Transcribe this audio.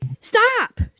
Stop